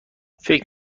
فکر